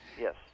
yes